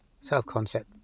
self-concept